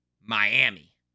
Miami